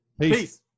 Peace